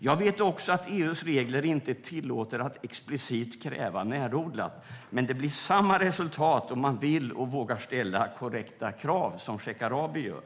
Jag vet att EU:s regler inte tillåter att explicit kräva närodlat, men det blir samma resultat om man vill och vågar ställa korrekta krav så som Shekarabi gör.